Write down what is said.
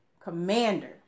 Commander